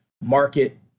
market